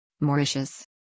Mauritius